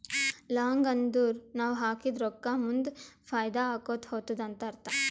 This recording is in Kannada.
ಲಾಂಗ್ ಅಂದುರ್ ನಾವ್ ಹಾಕಿದ ರೊಕ್ಕಾ ಮುಂದ್ ಫೈದಾ ಆಕೋತಾ ಹೊತ್ತುದ ಅಂತ್ ಅರ್ಥ